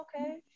okay